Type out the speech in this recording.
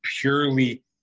purely